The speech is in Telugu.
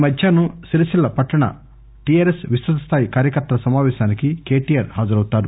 ఈ మధ్యాహ్నం సిరిసిల్ల పట్టణ టిఆర్ఎస్ విస్తృత స్థాయి కార్యకర్తల సమాపేశానికి కెటిఆర్ హాజరవుతారు